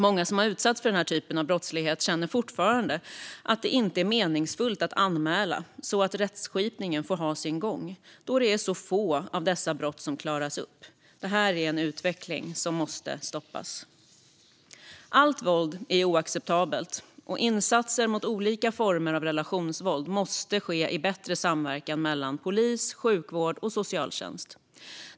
Många som har utsatts för denna typ av brottslighet känner fortfarande inte att det är meningsfullt att anmäla för att rättskipningen ska få ha sin gång eftersom det är få av dessa brott som klaras upp. Det är en utveckling som måste stoppas. Allt våld är oacceptabelt, och insatser mot olika former av relationsvåld måste ske i bättre samverkan mellan polis, sjukvård och socialtjänst.